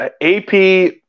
AP